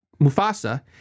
Mufasa